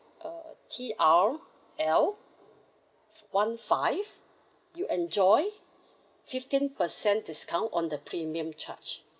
uh T R L one five you enjoy fifteen per cent discount on the premium charge